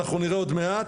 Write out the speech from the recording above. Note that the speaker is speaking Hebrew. אנחנו נראה עוד מעט,